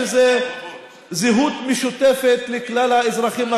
שזה זהות משותפת לכלל האזרחים הקנדים,